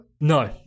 No